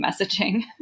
messaging